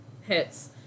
Hits